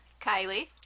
Kylie